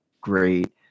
great